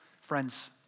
Friends